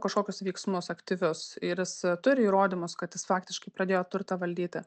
kažkokius veiksmus aktyvius ir jis turi įrodymus kad jis faktiškai pradėjo turtą valdyti